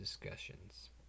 discussions